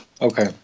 Okay